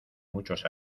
muchos